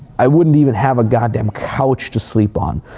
i wouldn't even have a goddamn couch to sleep on.